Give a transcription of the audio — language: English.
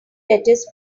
lettuce